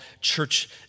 church